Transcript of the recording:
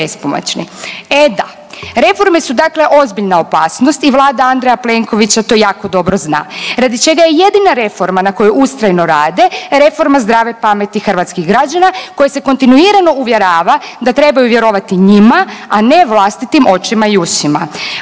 E da, reforme su dakle ozbiljna opasnost i Vlada Andreja Plenkovića to jako dobro zna radi čega je jedina reforma na kojoj ustrajno rade reforma zdrave pameti hrvatskih građana koje se kontinuirano uvjerava da trebaju vjerovati njima, a ne vlastitim očima i ušima.